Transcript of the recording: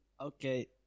Okay